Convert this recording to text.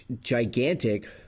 gigantic